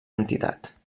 entitat